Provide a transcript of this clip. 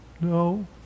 No